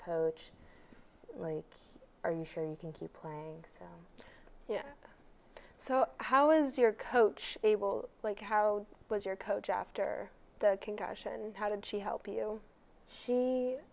coach like are you sure you can keep playing so how was your coach able like how was your coach after the concussion and how did she help you she